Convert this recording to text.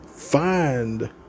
Find